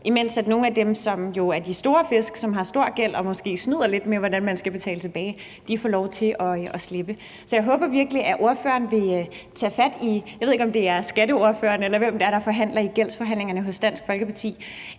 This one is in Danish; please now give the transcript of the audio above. imens nogle af dem, der jo er de store fisk, som har stor gæld og måske snyder lidt med, hvordan de skal betale den tilbage, får lov at slippe. Så jeg håber virkelig, at man vil tage fat i det. Jeg ved ikke, om det er skatteordføreren eller en anden, der deltager i gældsforhandlingerne, hos Dansk Folkeparti,